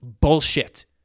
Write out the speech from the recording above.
bullshit